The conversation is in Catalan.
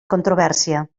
controvèrsia